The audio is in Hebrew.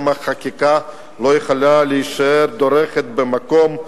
גם החקיקה לא יכולה לדרוך במקום,